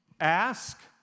Ask